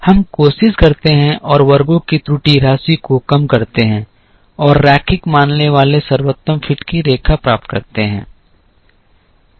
हम कोशिश करते हैं और वर्गों की त्रुटि राशि को कम करते हैं और रैखिक मानने वाले सर्वोत्तम फिट की रेखा प्राप्त करते हैं